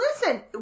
Listen